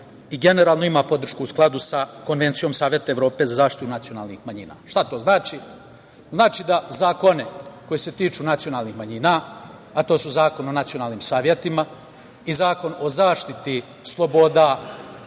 i generalno ima podršku u skladu sa Konvencijom Saveta Evrope za zaštitu nacionalnih manjina. Šta to znači? Znači da zakoni koji se tiču nacionalnih manjina, a to su Zakon o nacionalnim savetima i Zakon o zaštiti sloboda